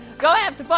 go have some fun.